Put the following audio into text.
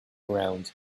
around